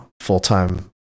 full-time